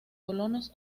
alemanes